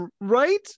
right